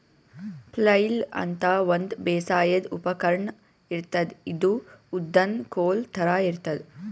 flail ಅಂತಾ ಒಂದ್ ಬೇಸಾಯದ್ ಉಪಕರ್ಣ್ ಇರ್ತದ್ ಇದು ಉದ್ದನ್ದ್ ಕೋಲ್ ಥರಾ ಇರ್ತದ್